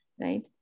right